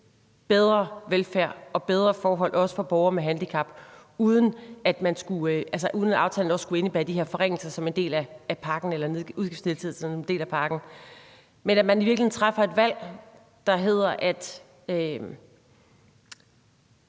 bedre velfærd og bedre forhold, også for borgere med handicap, uden at aftalen også skulle indebære de her forringelser som en del af pakken eller udgiftsnedsættelser som en del af